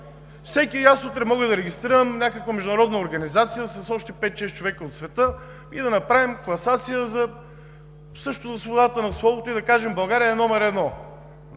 И аз мога утре да регистрирам някаква международна организация с още пет-шест човека от света и да направим класация за свободата на словото и да кажем: България е номер едно